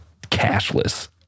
cashless